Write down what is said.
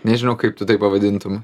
nežinau kaip tu tai pavadintum